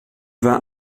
war